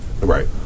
Right